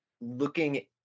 looking